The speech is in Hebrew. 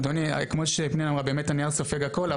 אדוני, כמו שפנינה אמרה, באמת הנייר סופג הכל.